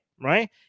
Right